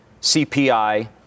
CPI